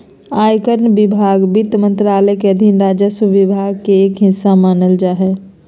आयकर विभाग वित्त मंत्रालय के अधीन राजस्व विभाग के एक हिस्सा मानल जा हय